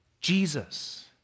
Jesus